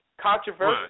Controversy